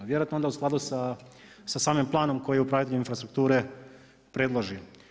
Vjerojatno onda u skladu sa samim planom koji upravitelj infrastrukture predloži.